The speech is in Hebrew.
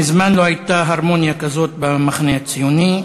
מזמן לא הייתה הרמוניה כזאת במחנה הציוני.